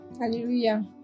hallelujah